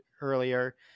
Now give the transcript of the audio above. earlier